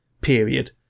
period